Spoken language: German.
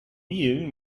mehl